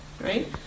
right